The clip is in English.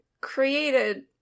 created